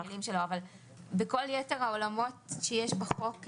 בכל יתר העולמות שיש בחוק,